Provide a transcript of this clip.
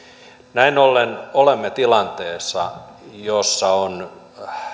näin ollen olemme tilanteessa jossa on